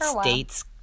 states